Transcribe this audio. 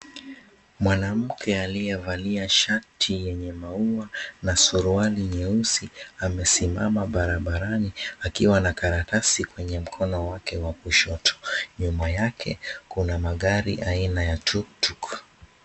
Mwanamke aliyevalia shati yenye maua na suruali nyeusi amesimama barabarani akiwa na karatasi kwenye mkono wake wa kushoto. Nyuma yake kuna magari aina ya Tuktuk .